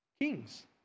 Kings